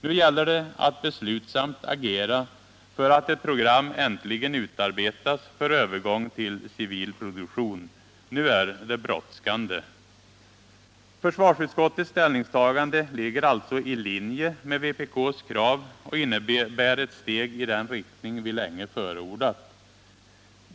Nu gäller det att beslutsamt agera för att ett program äntligen utarbetas för övergång till civil produktion. Nu är det brådskande! Försvarsutskottets ställningstagande ligger alltså i linje med vpk:s krav och innebär ett steg i den riktning vi länge förordat.